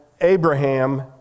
Abraham